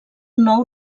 nou